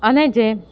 અને જે